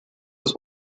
was